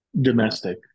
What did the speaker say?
Domestic